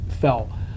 fell